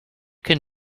can